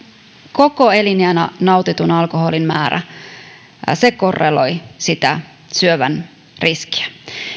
koko elinikänä nautitun alkoholin määrä korreloi siihen syövän riskiin